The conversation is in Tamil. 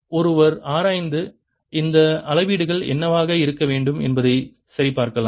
இதை ஒருவர் ஆராய்ந்து இந்த அளவீடுகள் என்னவாக இருக்க வேண்டும் என்பதை சரிபார்க்கலாம்